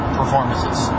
performances